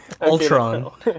ultron